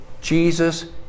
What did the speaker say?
Jesus